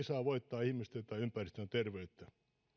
saa voittaa ihmisten tai ympäristön terveyttä